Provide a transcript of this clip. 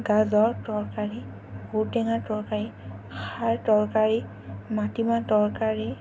গাজৰ তৰকাৰী ঔটেঙাৰ তৰকাৰী খাৰ তৰকাৰী মাটিমাহ তৰকাৰী